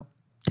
לא.